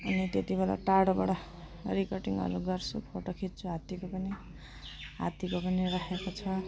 अनि त्यति बेला टाढोबाट रिकर्डिङहरू गर्छु फोटो खिच्छु हात्तीको पनि हात्तीको पनि राखेको छ